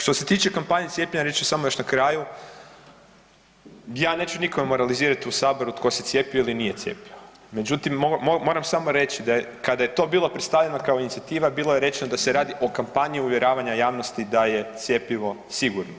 Što se tiče kampanje cijepljenja reći ću samo još na kraju, ja neću nikome moralizirati u saboru tko se cijepio ili nije cijepio međutim moram samo reći da kada je to bilo predstavljeno kao inicijativa bilo je rečeno da se radi o kampanji uvjeravanja javnosti da je cjepivo sigurno.